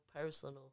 personal